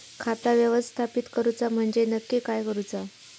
खाता व्यवस्थापित करूचा म्हणजे नक्की काय करूचा?